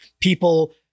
People